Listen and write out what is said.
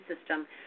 system